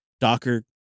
Docker